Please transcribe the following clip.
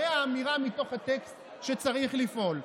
הרי האמירה מתוך הטקסט היא שצריך לפעול,